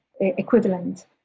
equivalent